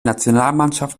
nationalmannschaft